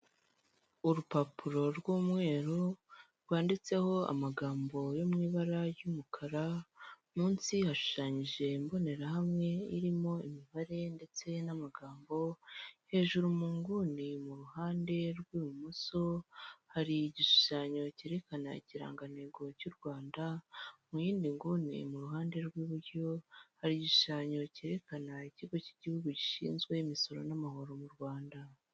Urupapuro rw'umweru rwanditseho amagambo yo mu ibara ry'umukara, munsi hashushanyije imbonerahamwe irimo imibare ndetse n'amagambo, hejuru mu nguni mu ruhande rw'ibumoso, hari igishushanyo cyerekana ikirangantego cy'u Rwanda, mu yindi nguni mu ruhande rw'iburyo hari igishushanyo cyerekana ikigo cy'igihugu gishinzwe imisoro n'amahoro mu Rwanda.